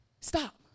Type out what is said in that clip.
Stop